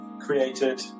created